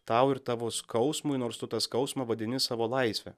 tau ir tavo skausmui nors tu tą skausmą vadini savo laisve